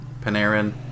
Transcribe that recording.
Panarin